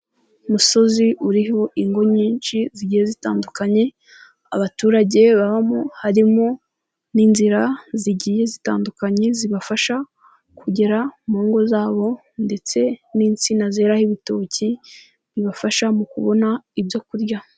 Umusozi uriho ingo nyinshi zigiye zitandukanye abaturage babamo, harimo n'inzira zigiye zitandukanye zibafasha kugera mu ngo zabo ndetse n'insina zeraho ibitoki bibafasha mu kubona ibyo kurya.